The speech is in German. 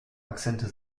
akzente